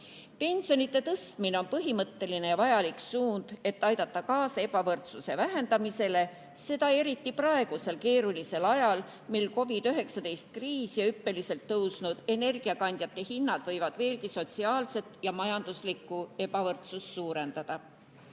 Pensionide tõstmine on põhimõtteline ja vajalik suund, et aidata kaasa ebavõrdsuse vähendamisele, eriti praegusel keerulisel ajal, mil COVID‑19 kriis ja hüppeliselt tõusnud energiakandjate hinnad võivad sotsiaalset ja majanduslikku ebavõrdsust veelgi